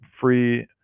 free